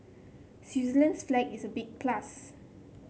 Switzerland's flag is a big plus